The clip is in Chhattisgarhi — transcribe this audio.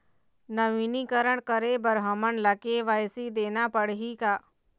नवीनीकरण करे बर हमन ला के.वाई.सी देना पड़ही का?